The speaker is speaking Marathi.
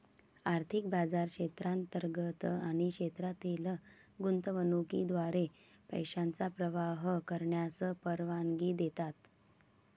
आर्थिक बाजार क्षेत्रांतर्गत आणि क्षेत्रातील गुंतवणुकीद्वारे पैशांचा प्रवाह करण्यास परवानगी देतात